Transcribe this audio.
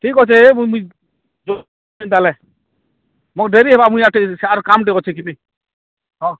ଠିକ୍ ଅଛେ ମୁଇଁ ତାହାଲେ ମୋର୍ ଡ଼େରି ହେବା ମୁଁ ଯାତି ସାର୍ କାମ୍ ଟିକେ ଅଛି ଯିବି ହଁ